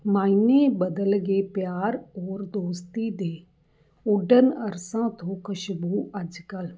ਮਾਈਨੇ ਬਦਲ ਗਏ ਪਿਆਰ ਔਰ ਦੋਸਤੀ ਦੇ ਉੱਡਣ ਅਰਸਾਂ ਤੋਂ ਖੁਸ਼ਬੂ ਅੱਜ ਕੱਲ੍ਹ